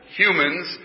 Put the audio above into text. humans